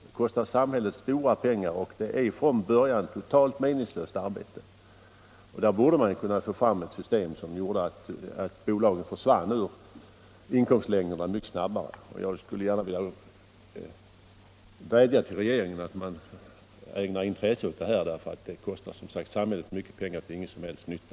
Det kostar samhället stora pengar, och det är totalt meningslöst arbete. Man borde kunna få fram ett system som gjorde att bolagen mycket snabbare försvann ur inkomstlängderna. Jag skulle vilja vädja till regeringen att ägna intresse åt detta. Det kostar som sagt samhället mycket pengar till ingen som helst nytta.